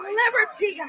liberty